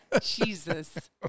Jesus